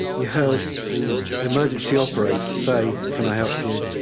you heard the emergency operator say, can i help you?